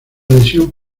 lesión